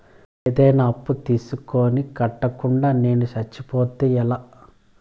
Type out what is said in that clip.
ఏదైనా అప్పు తీసుకొని కట్టకుండా నేను సచ్చిపోతే ఎలా